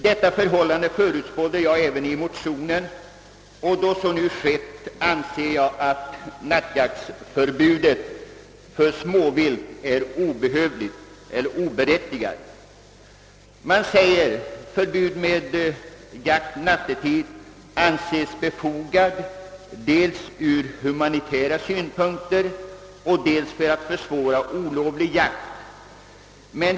Detta förhållande förutspådde jag även i motionen, och då så nu skett anser jag att nattjaktsförbudet för småvilt är oberättigat. Man säger att förbud mot jakt nattetid är befogat dels från humanitära synpunkter, dels av ett önskemål om att försvåra olovlig jakt.